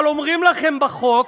אבל אומרים לכם, בחוק: